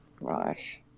Right